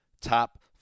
top